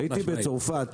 הייתי בצרפת.